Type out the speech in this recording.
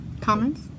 Comments